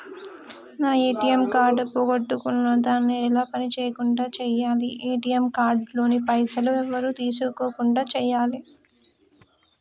నా ATM card పోగొట్టుకున్నా దాన్ని ఎలా పని చేయకుండా చేయాలి ఏ.టి.ఎమ్ కార్డు లోని పైసలు ఎవరు తీసుకోకుండా చేయాలి?